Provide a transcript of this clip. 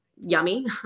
yummy